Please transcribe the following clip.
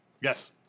yes